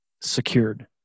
secured